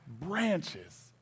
branches